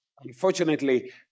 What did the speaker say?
Unfortunately